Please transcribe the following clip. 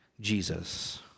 Jesus